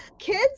Kids